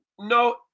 no